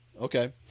Okay